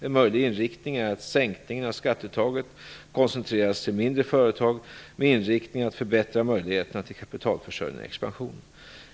En möjlig inriktning är att sänkningen av skatteuttaget koncentreras till mindre företag med inriktning att förbättra möjligheterna till kapitalförsörjning och expansion.